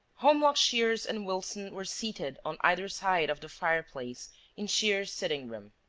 holmlock shears and wilson were seated on either side of the fireplace in shears's sitting-room.